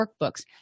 workbooks